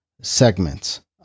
segments